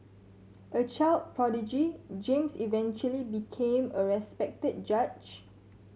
a child prodigy James eventually became a respected judge